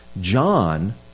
John